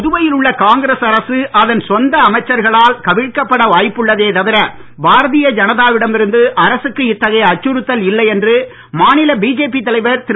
புதுவையில் உள்ள காங்கிரஸ் அரசு அதன் சொந்த அமைச்சர்களால் கவிழ்க்கப்பட வாய்ப்புள்ளதே தவிர பாரதிய ஜனதாவிடம் இருந்து அரசுக்கு இத்தகைய அச்சுறுத்தல் இல்லை என்று பிஜேபி தலைவர் திரு